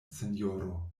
sinjoro